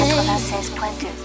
96.2